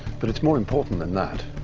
but it's more important than that,